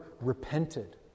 repented